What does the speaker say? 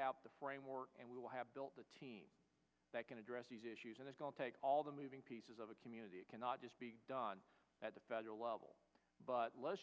have the framework and we will have built a team that can address these issues and it's going to take all the moving pieces of a community it cannot just be done at the federal level but we're